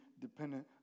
dependent